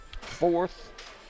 fourth